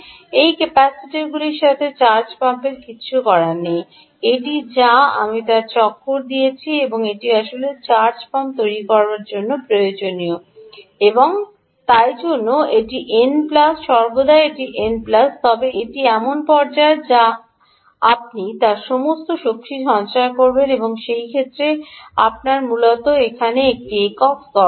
এই ক্যাপাসিটারগুলির সাথে চার্জ পাম্পের কিছুই করার নেই এটি যা আমি চক্কর দিয়েছি আসলে চার্জ পাম্প তৈরি করার জন্য প্রয়োজনীয় এবং তাই এটি এন প্লাস 1 সর্বদা এটি এন প্লাস 1 হবে এটি এমন পর্যায়ে যা আপনি তার সমস্ত শক্তি সঞ্চয় করবেন এবং এই ক্ষেত্রে আপনার মুলত এখানে একটি একক স্তর রয়েছে